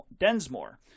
Densmore